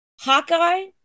Hawkeye